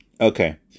Okay